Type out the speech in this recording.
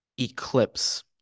eclipse